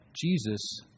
Jesus